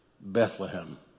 Bethlehem